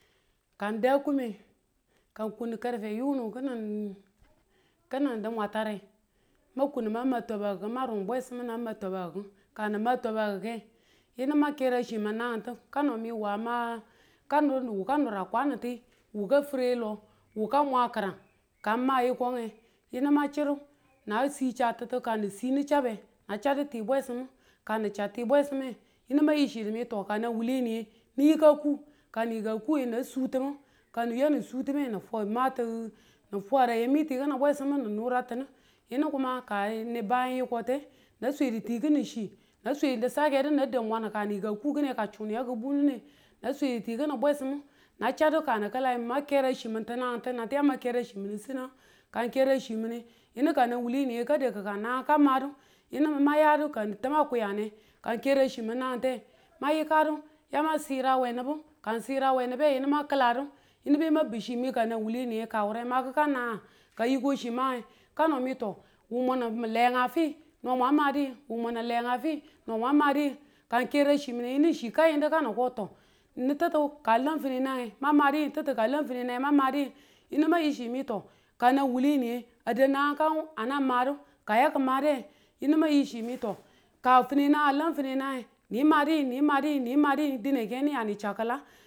ka n da kume ka n kun yunu kinin kinkin dimwata re ma kunu mang rung bwesimu na ma twaba kiku ka nima ma twabakike yinu mang kera chimin nangintu kano mi wu ma ka nura wuka fire lo wuka mwa kiran kang ma yikinge yinu mang chiru na si chabtutu kang ni si ni chabe a chadu ti bwesimu yinu ma yi chidu mi yi ka no wuleni ye ka yika ku, ka ni yika kung ye na sutemu, ka ni ya ni switemung e na fwang ma tun na fware yi ti kini bwesimu nin nura tinun yini ka ne bayeni kwate nan swedu tikini shi, nan swedu sakedu nan dadu mwan ka ni ka kung kan chune yaka bung e nan swedu kini bwesimu nan chadu ka ni kileng ma kere shi min tinan, kan kereng chi mine yini ka nan wuleni ye ka daku ka nang ka madu, yining min ma yadu kan taman kuyan e kang kere chi minang te ma yika du yama sira we nubu, kang sira we nube e yini mang kladu yinibe ma be mabu chika nan wule ni ye ka wure ma kikanang? ka yiko chimang e ka no mi wumo no wumi lenga fi no mang madi ying ka n kera chi mine yinu n chi ka yindu tittu ka lam finenange mang madi ying fittu ka a lam finenange no mang madi ying yinu mang yi chi mi ka nang wuwule niye a dau nangang kangu a nang madu ka yaki made yinu mang yi chi mi t ka a lam finanange mashi ying ni madi ying ke ni ya ni chau kila.